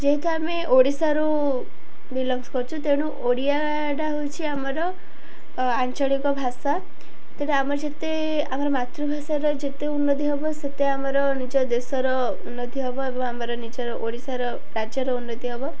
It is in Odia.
ଯେହେତୁ ଆମେ ଓଡ଼ିଶାରୁ ବିଲଂସ୍ କରୁଛୁ ତେଣୁ ଓଡ଼ିଆଟା ହଉଛିି ଆମର ଆଞ୍ଚଳିକ ଭାଷା ତେଣୁ ଆମର ଯେତେ ଆମର ମାତୃଭାଷାର ଯେତେ ଉନ୍ନତି ହେବ ସେତେ ଆମର ନିଜ ଦେଶର ଉନ୍ନତି ହେବ ଏବଂ ଆମର ନିଜର ଓଡ଼ିଶାର ରାଜ୍ୟର ଉନ୍ନତି ହେବ